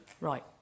Right